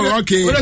okay